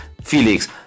Felix